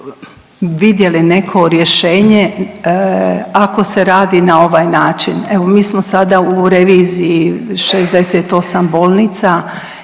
vidjeli neko rješenje ako se radi na ovaj način. Evo mi smo sada u reviziji 68 bolnica